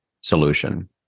solution